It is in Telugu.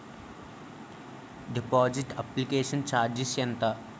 డిపాజిట్ అప్లికేషన్ చార్జిస్ ఎంత?